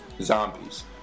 zombies